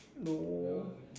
no